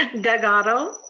doug otto?